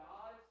God